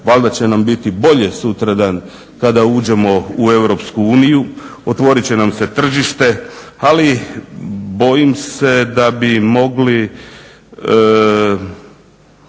Valjda će nam biti bolje sutradan kada uđemo u Europsku uniju. Otvoriti će nam se tržište. Ali bojim se da bi mogli